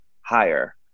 higher